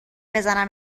بزنم